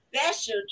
special